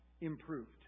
improved